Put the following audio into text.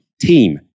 team